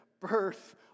birth